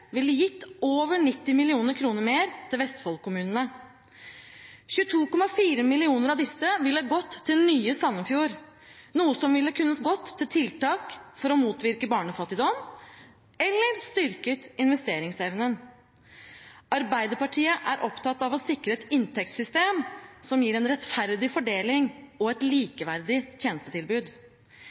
ville gitt over 90 mill. kr mer til Vestfold-kommunene. 22,4 mill. kr av disse ville gått til nye Sandefjord, noe som kunne gått til tiltak for å motvirke barnefattigdom eller styrket investeringsevnen. Arbeiderpartiet er opptatt av å sikre et inntektssystem som gir en rettferdig fordeling og et likeverdig tjenestetilbud.